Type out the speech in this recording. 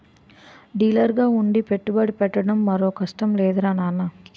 డీలర్గా ఉండి పెట్టుబడి పెట్టడం మరో కష్టం లేదురా నాన్నా